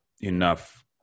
enough